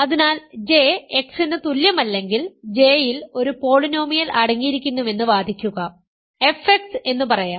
അതിനാൽ J X ന് തുല്യമല്ലെങ്കിൽ J യിൽ ഒരു പോളിനോമിയൽ അടങ്ങിയിരിക്കുന്നുവെന്ന് വാദിക്കുക fx എന്നു പറയാം